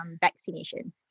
vaccination